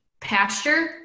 pasture